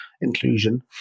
inclusion